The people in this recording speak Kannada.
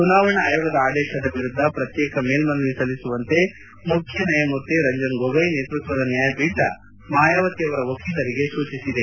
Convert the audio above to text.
ಚುನಾವಣಾ ಆಯೋಗದ ಆದೇಶದ ಎರುದ್ದ ಪ್ರಕ್ಷೇಕ ಮೇಲ್ಮನವಿ ಸಲ್ಲಿಸುವಂತೆ ಮುಖ್ಯ ನ್ಡಾಯಮೂರ್ತಿ ರಂಜನ್ ಗೊಗೋಯ್ ನೇತೃತ್ವದ ನ್ಡಾಯಪೀಠ ಮಾಯಾವತಿ ಅವರ ವಕೀಲರಿಗೆ ಸೂಚಿಸಿದೆ